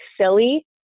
silly